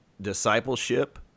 discipleship